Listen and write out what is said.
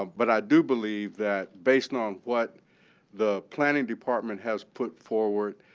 but i do believe that based on what the planning department has put forward,